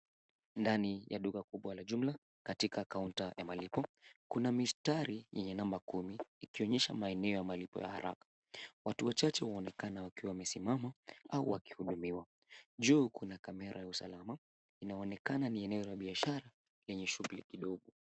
Ndani ya duka kubwa la jumla katika kaunta ya malipo. Kuna mistari yenye namba kumi ikionyesha maeneo ya malipo ya haraka. Watu wachache waonekana wakiwa wamesimama hapa wakihudumiwa. Juu kuna kamera ya usalama. Inaonekana ni eneo la biashara lenye shughuli kidogo.